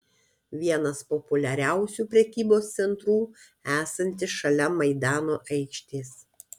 vienas populiariausių prekybos centrų esantis šalia maidano aikštės